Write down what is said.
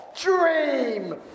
dream